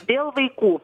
dėl vaikų